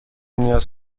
نیاز